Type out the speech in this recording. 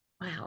Wow